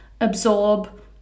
absorb